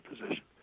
position